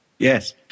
Yes